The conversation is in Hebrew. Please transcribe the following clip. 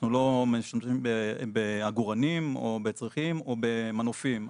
אנחנו לא משתמשים בעגורנים או בצריחים או במנופים.